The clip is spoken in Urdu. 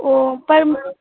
اوہ پر